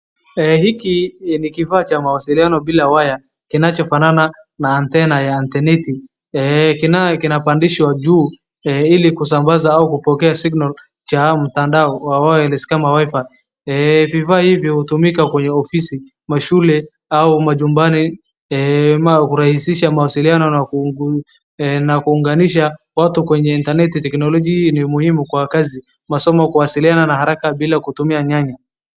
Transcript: Hiki ni kifaa cha mawasiliano bila waya kinachofanana na antena ya intaneti, kinapandishwa juu ili kusambaza au kupokea signal ya mtandao wa wireless kama WiFi . Vifaa hivi hutumika kwenye ofisi, mashule au majumbani ama kurahisisha mawasiliano na kuunganisha watu kwenye intaneti. Teknoloji ni muhimu kwa kazi, masomo, kuwasiliana haraka bila kutumia nyaya.